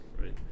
right